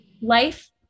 life